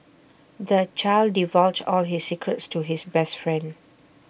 the child divulged all his secrets to his best friend